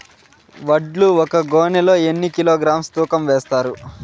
వడ్లు ఒక గోనె లో ఎన్ని కిలోగ్రామ్స్ తూకం వేస్తారు?